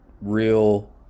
real